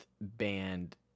band